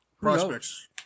Prospects